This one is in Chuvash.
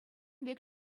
пек